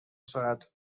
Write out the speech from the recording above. سرعت